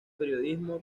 periodismo